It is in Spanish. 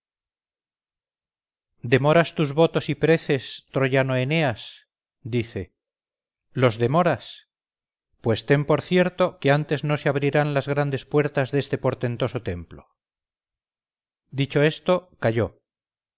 demoras tus votos y preces troyano eneas dice los demoras pues ten por cierto que antes no se abrirán las grandes puertas de este portentoso templo dicho esto calló